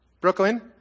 Brooklyn